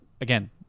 Again